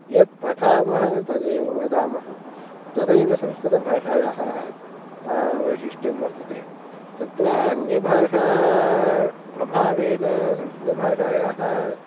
यत् पठामः तदेव वदामः तदेव संस्कृतभाषायाः वैशिष्ट्यं वर्तते तत्र अन्यभाषा प्रभावेण संस्कृतभाषायाः